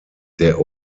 der